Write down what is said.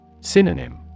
Synonym